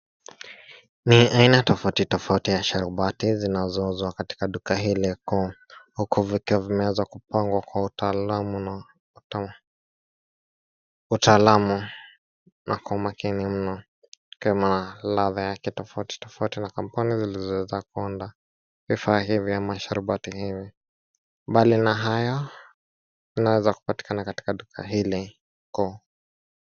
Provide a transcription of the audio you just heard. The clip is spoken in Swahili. Ni aina tofauti tofauti za sharubati zinazouzwa katika duka hili kuu, huku vikiwa vimeweza kupangwa kwa utaalamu na kwa umakini mno kama ladha yake tofauti tofauti na kampuni zilizoweza kuunda vifaa hivyo ama sharubati hii. Mbali na hayo, kunaweza kupatikana katika duka hili kuu.